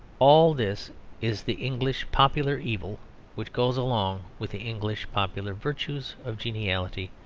all this is the english popular evil which goes along with the english popular virtues of geniality,